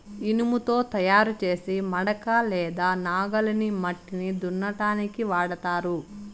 ఇనుముతో తయారు చేసే మడక లేదా నాగలిని మట్టిని దున్నటానికి వాడతారు